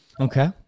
Okay